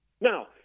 Now